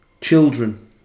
Children